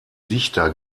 dichter